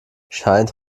scheint